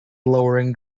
lowering